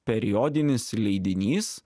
periodinis leidinys